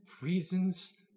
Reasons